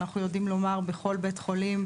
אנחנו יודעים לומר בכל בית חולים,